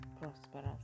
prosperous